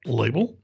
label